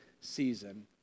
season